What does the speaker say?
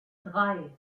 drei